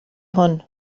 hwn